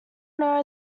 know